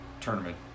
tournament